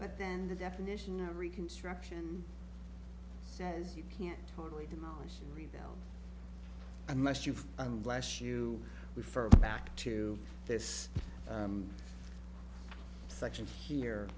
but then the definition of reconstruction says you can't totally demolished and rebuilt unless you've unless you refer back to this section here